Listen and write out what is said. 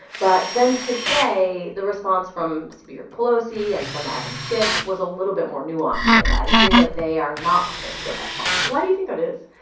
but then today, the response from speaker pelosi and from adam schiff was a little bit more nuanced than that. it seems like they are not prepared to go that far why do you think that is?